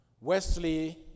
Wesley